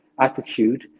attitude